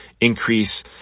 increase